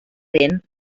parent